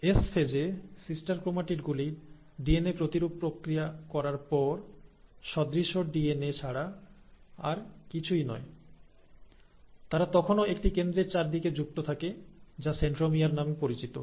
S ফেজে sister chromatid গুলি DNA প্রতিরূপ প্রক্রিয়া করার পর সদৃশ ডিএনএ ছাড়া আর কিছুই নয় তারা তখনও একটি কেন্দ্রের চারদিকে যুক্ত থাকে যা সেন্ট্রোমিয়ার নামে পরিচিত